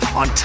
on